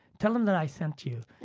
tell them that i sent you,